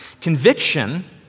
Conviction